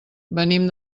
venim